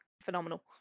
phenomenal